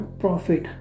profit